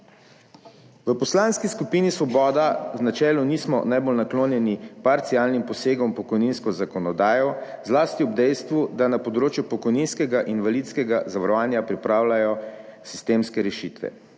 V Poslanski skupini Svoboda načeloma nismo najbolj naklonjeni parcialnim posegom v pokojninsko zakonodajo, zlasti ob dejstvu, da se na področju pokojninskega in invalidskega zavarovanja pripravljajo sistemske rešitve.